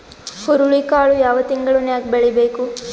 ಹುರುಳಿಕಾಳು ಯಾವ ತಿಂಗಳು ನ್ಯಾಗ್ ಬೆಳಿಬೇಕು?